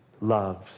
loves